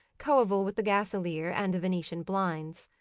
coeval with the gasalier and the venetian blinds.